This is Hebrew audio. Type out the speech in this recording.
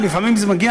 ולפעמים זה מגיע,